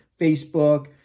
Facebook